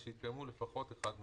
שהיה תיקון של פקודת מס הכנסה ב-2003,